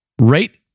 Right